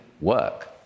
work